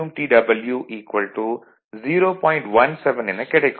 17 எனக் கிடைக்கும்